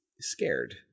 scared